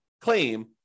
claim